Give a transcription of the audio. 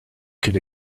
could